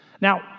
Now